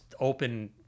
open